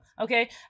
okay